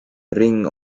ring